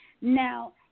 Now